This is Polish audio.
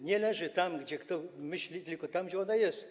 Nie leży tam, gdzie ktoś myśli, tylko tam, gdzie ona jest.